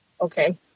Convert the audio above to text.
Okay